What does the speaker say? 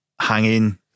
hanging